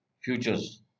futures